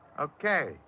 Okay